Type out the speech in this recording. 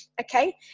Okay